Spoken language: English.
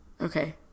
Okay